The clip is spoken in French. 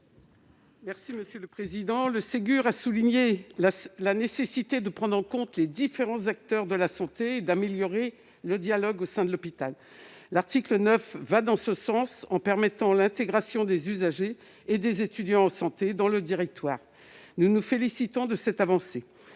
Poncet Monge. Le Ségur de la santé a souligné la nécessité de prendre en compte les différents acteurs de la santé et d'améliorer le dialogue au sein de l'hôpital. L'article 9 va dans ce sens, en permettant l'intégration des usagers et des étudiants en santé dans le directoire. Nous nous félicitons d'une telle avancée.